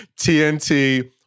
TNT